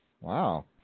wow